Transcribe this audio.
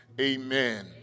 Amen